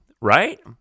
right